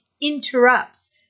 interrupts